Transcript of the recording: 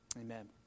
Amen